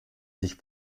sich